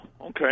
okay